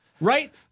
Right